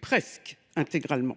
presque intégralement,